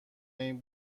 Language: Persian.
این